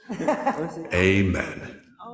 Amen